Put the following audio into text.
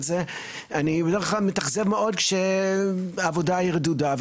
זה אני בדרך כלל מתאכזב מאוד כשהעבודה היא רדודה.